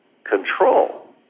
control